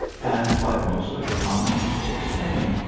and, like most of the common people of spain,